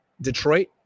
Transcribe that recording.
Detroit